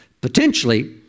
potentially